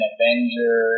Avenger